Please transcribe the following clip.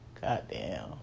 goddamn